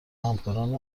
همکاران